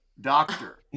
Doctor